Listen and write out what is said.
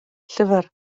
llyfr